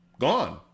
gone